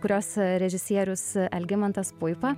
kurios režisierius algimantas puipa